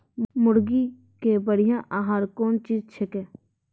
मुर्गी के बढ़िया आहार कौन चीज छै के?